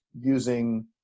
using